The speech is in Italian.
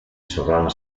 sovrano